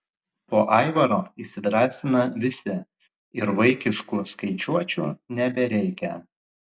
po aivaro įsidrąsina visi ir vaikiškų skaičiuočių nebereikia